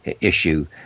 issue